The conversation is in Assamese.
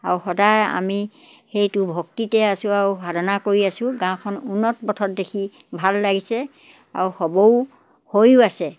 আৰু সদায় আমি সেইটো ভক্তিতে আছোঁ আৰু সাধনা কৰি আছোঁ গাঁওখন উন্নত পথত দেখি ভাল লাগিছে আৰু হ'বও হৈও আছে